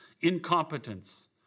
incompetence